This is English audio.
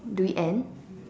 do we end